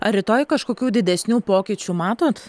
ar rytoj kažkokių didesnių pokyčių matot